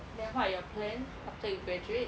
then what are your plans after you graduate